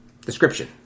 description